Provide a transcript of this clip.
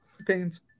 Opinions